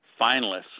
finalists